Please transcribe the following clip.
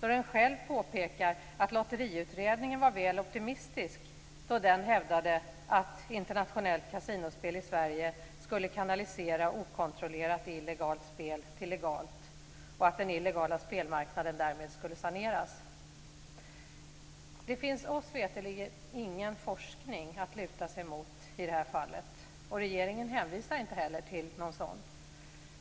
då den själv påpekar att Lotteriutredningen var väl optimistisk när den hävdade att internationellt kasinospel i Sverige skulle kanalisera okontrollerat illegalt spel till legalt och att den illegala spelmarknaden därmed skulle saneras. Det finns oss veterligt ingen forskning att luta sig mot i det här fallet, och regeringen hänvisar inte heller till någon sådan.